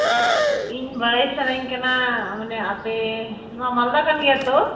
ᱤᱧ ᱵᱟᱲᱟᱭ ᱥᱟᱱᱟᱧ ᱠᱟᱱᱟ ᱢᱟᱱᱮ ᱟᱯᱮ ᱱᱚᱣᱟ ᱢᱟᱞᱫᱟ ᱠᱟᱱ ᱜᱮᱭᱟ ᱛᱚ